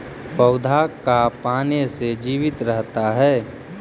पौधा का पाने से जीवित रहता है?